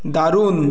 দারুণ